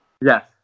Yes